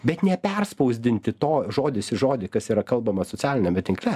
bet neperspausdinti to žodis į žodį kas yra kalbama socialiniame tinkle